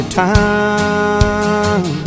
time